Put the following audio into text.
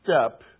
step